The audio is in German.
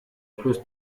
plus